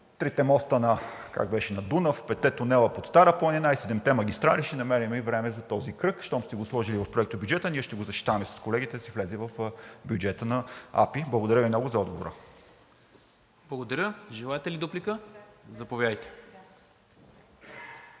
трите моста на Дунав, петте тунела под Стара планина и седемте магистрали ще намерим и време за този кръг. Щом сте го сложили в проектобюджета, ние ще го защитаваме с колегите да си влезе в бюджета на АПИ. Благодаря Ви много за отговора. ПРЕДСЕДАТЕЛ НИКОЛА МИНЧЕВ: Благодаря. Желаете ли дуплика? Заповядайте.